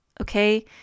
Okay